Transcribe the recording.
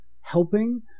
helping